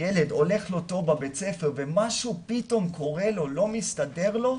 הולך לו טוב בבית הספר ומשהו פתאום קורה לו או לא מסתדר לו,